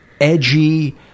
edgy